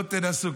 לא תנסו,